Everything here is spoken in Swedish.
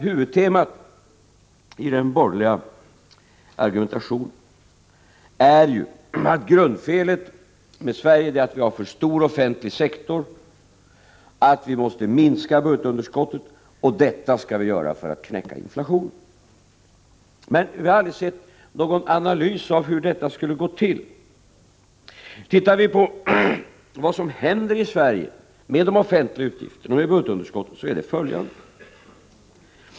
Huvudtemat i den borgerliga argumentationen är ju att grundfelet med Sverige är att vi har för stor offentlig sektor, att vi måste minska budgetunderskottet och att vi skall göra detta för att knäcka inflationen. Men jag har aldrig sett någon analys av hur det skall gå till. Tittar vi på vad som händer i Sverige med de offentliga utgifterna och med budgetunderskottet ser vi följande.